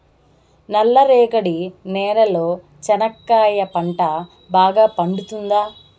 నల్ల రేగడి నేలలో చెనక్కాయ పంట బాగా పండుతుందా?